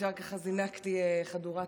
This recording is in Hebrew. ישר ככה זינקתי חדורת